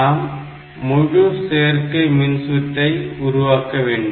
நாம் முழு சேர்க்கை மின்சுற்றை உருவாக்க வேண்டும்